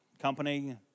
company